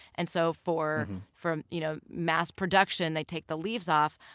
and so for for you know mass production, they take the leaves off,